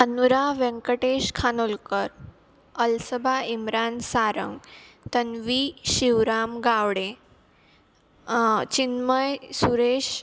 Anurag Venkatesh Khanolkar Alsaba Imran Sarang Tanvi Shivram Gawade Chinmay Suresh